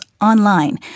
online